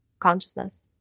consciousness